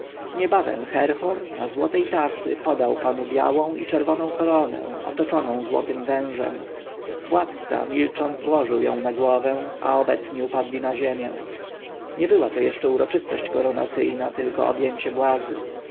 niebawem herhor na złotej tacy podał panu białą i czerwoną koronę otoczoną złotym wężem władca milcząc włożył ją na głowę a obecni upadli na ziemię nie była to jeszcze uroczysta koronacja tylko objęcie władzy